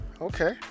okay